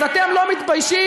אז אתם לא מתביישים?